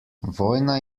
vojna